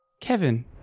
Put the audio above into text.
Kevin